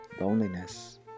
loneliness